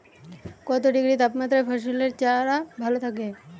কত ডিগ্রি তাপমাত্রায় ফসলের চারা ভালো থাকে?